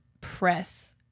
press